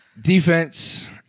Defense